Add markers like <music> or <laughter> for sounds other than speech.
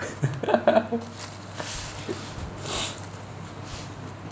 <laughs>